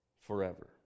forever